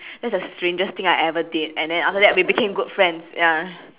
that's the strangest thing I ever did and then after that we became good friends ya